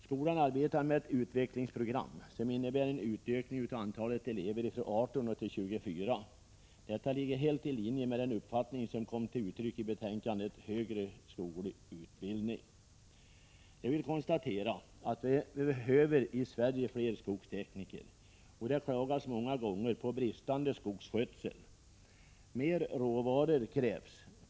Skolan arbetar nu med ett utvecklingsprogram som innebär en utökning av antalet elever från 18 till 24. Detta ligger helt i linje med den uppfattning som kom till uttryck i betänkandet Högre skoglig utbildning. Jag vill konstatera att vi i Sverige behöver fler skogstekniker. Det klagas många gånger på bristande skogsskötsel. Mer råvaror krävs.